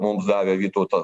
mums davė vytauto